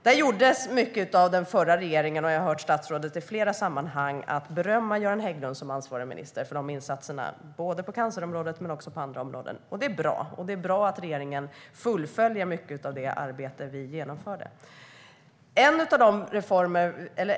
Det gjordes mycket av den förra regeringen, och jag har i flera sammanhang hört statsrådet berömma Göran Hägglund som ansvarig minister för de insatserna, både på cancerområdet och på andra områden. Det är bra, och det är bra att regeringen fullföljer mycket av det arbete vi inledde.